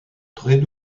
très